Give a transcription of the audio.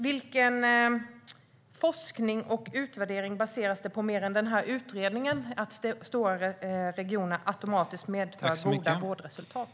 Vilken forskning och utvärdering utöver utredningen ligger till grund för uppfattningen att stora regioner automatiskt medför goda vårdresultat?